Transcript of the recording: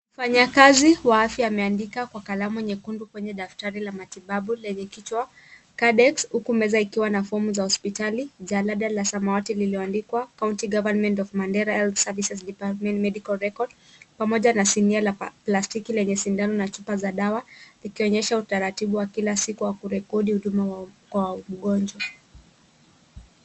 Mfanyakazi wa afya ameandika kwa kalamu nyekundu kwenye daftari la matibabu lenye kichwa Kadex, huku meza ikiwa na fomu za hospitali, jalada la samawati lililoandikwa County Government of Mandera Health Services Department Medical Record, pamoja na sinia la plastiki lenye sindano na chupa za dawa, likionyesha utaratibu wa kila siku wa kurekodi huduma kwa wagonjwa.